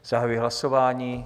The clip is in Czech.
Zahajuji hlasování.